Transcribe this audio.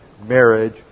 Marriage